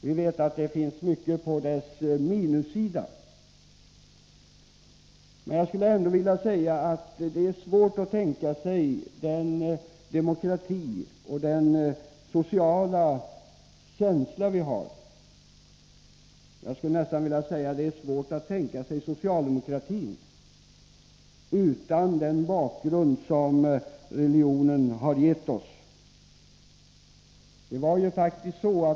Vi vet att det finns mycket på dess minussida. Det är emellertid svårt att tänka sig den demokrati och de sociala värderingar vi har — jag skulle nästan vilja säga att det är svårt att tänka sig socialdemokratin — utan den bakgrund som religionen har gett OSS.